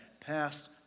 passed